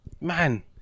man